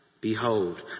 Behold